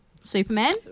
Superman